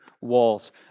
walls